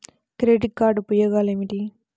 Credit card ఉపయోగాలు ఏమిటి?